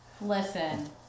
listen